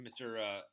Mr